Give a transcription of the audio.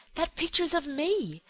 that picture is of me!